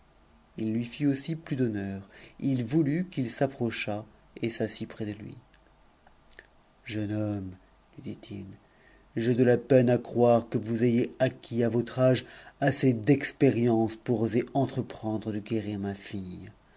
il lui fit a plus d'honneur il voulut qu'il s'approchât et s'assît près de lui jeune homme lui dit-il j'ai de la peine à croire que vous ayez acquis a yot âge assez d'expérience pour oser entreprendre de guérir ma fille